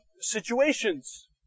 situations